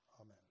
Amen